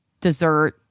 dessert